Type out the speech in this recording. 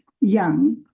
young